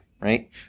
right